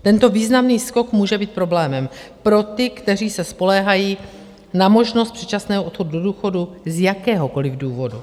Tento významný skok může být problémem pro ty, kteří se spoléhají na možnost předčasného odchodu do důchodu z jakéhokoliv důvodu.